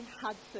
Hudson